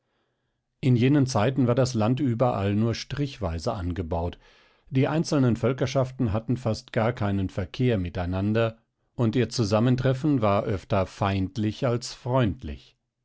in jenen zeiten war das land überall nur strichweise angebaut die einzelnen völkerschaften hatten fast gar keinen verkehr miteinander und ihr zusammentreffen war öfter feindlich als freundlich